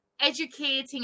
educating